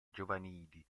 giovanili